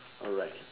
alright